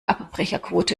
abbrecherquote